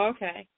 Okay